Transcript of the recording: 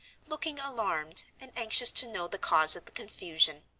looking alarmed, and anxious to know the cause of the confusion.